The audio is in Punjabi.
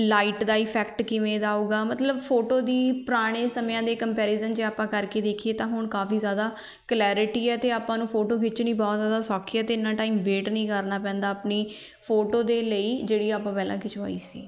ਲਾਈਟ ਦਾ ਇਫੈਕਟ ਕਿਵੇਂ ਦਾ ਆਊਗਾ ਮਤਲਬ ਫੋਟੋ ਦੀ ਪੁਰਾਣੇ ਸਮਿਆਂ ਦੇ ਕੰਪੈਰੀਜ਼ਨ ਜੇ ਆਪਾਂ ਕਰਕੇ ਦੇਖੀਏ ਤਾਂ ਹੁਣ ਕਾਫੀ ਜ਼ਿਆਦਾ ਕਲੈਰਿਟੀ ਹੈ ਅਤੇ ਆਪਾਂ ਨੂੰ ਫੋਟੋ ਖਿੱਚਣੀ ਬਹੁਤ ਜ਼ਿਆਦਾ ਸੌਖੀ ਹੈ ਅਤੇ ਇੰਨਾ ਟਾਈਮ ਵੇਟ ਨਹੀਂ ਕਰਨਾ ਪੈਂਦਾ ਆਪਣੀ ਫੋਟੋ ਦੇ ਲਈ ਜਿਹੜੀ ਆਪਾਂ ਪਹਿਲਾਂ ਖਿਚਵਾਈ ਸੀ